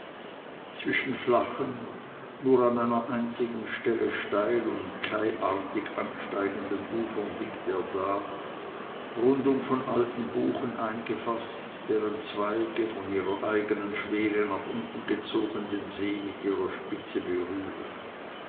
zwischen flachen nur an einer einzigen stelle steil und quaiartig ansteigenden ufern liegt er da rundum von alten buchen eingefaßt deren zweige von ihrer eignen schwere nach unten gezogen den see mit ihrer spitze berühren